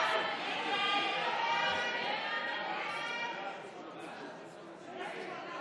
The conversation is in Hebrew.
הודעת הממשלה על שינוי בחלוקת